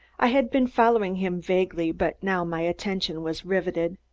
i had been following him vaguely, but now my attention was riveted.